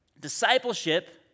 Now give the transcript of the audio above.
Discipleship